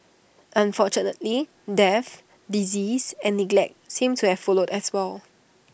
unfortunately death disease and neglect seemed to have followed as well